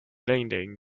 landing